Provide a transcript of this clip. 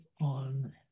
on